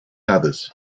others